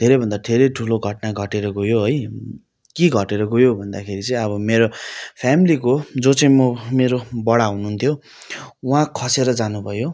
धेरैभन्दा धेरै ठुलो घटना घटेर गयो है के घटेर गयो भन्दाखेरि चाहिँ अब मेरो फ्यामिलीको जो चाहिँ म मेरो बडा हुनु हुन्थ्यो उहाँ खसेर जानु भयो